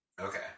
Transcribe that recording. Okay